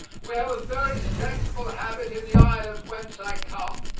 we have a very sensible habit in the island whence i come,